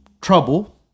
trouble